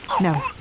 no